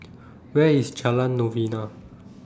Where IS Jalan Novena